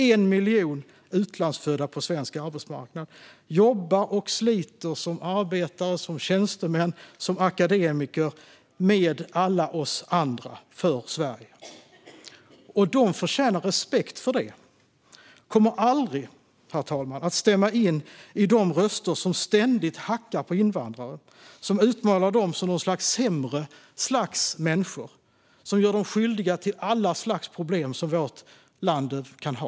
1 miljon utlandsfödda på svensk arbetsmarknad jobbar och sliter som arbetare, som tjänstemän och som akademiker med alla oss andra för Sverige. De förtjänar respekt för det. Jag kommer aldrig, herr talman, att stämma in i de röster som ständigt hackar på invandrare och som utmålar dem som något slags sämre människor. De gör dem skyldiga till alla slags problem som vårt land kan ha.